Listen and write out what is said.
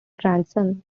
grandson